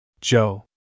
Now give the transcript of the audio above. Joe